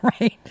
right